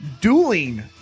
dueling